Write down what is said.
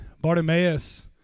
Bartimaeus